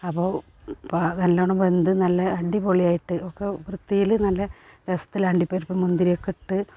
അപ്പോൾ നല്ലവണ്ണം വെന്ത് നല്ല അടിപൊളിയായിട്ട് ഒക്കെ വൃത്തിയിൽ നല്ല രസത്തിൽ അണ്ടിപരിപ്പും മുന്തിരിയൊക്കെ ഇട്ട്